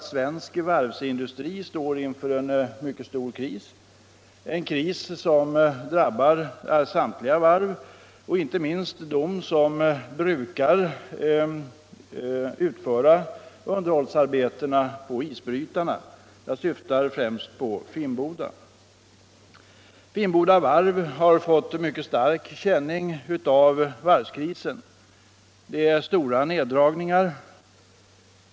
Svensk varvsindustri står inför en mycket stör kris som drabbar samtliga varv och inte minst dem som brukar utföra underhållsarbeten på isbrytarna. Jag syftar främst på Finnboda, som fått mycket stark känning av varvskrisen i form av stora neddragningar.